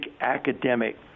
academic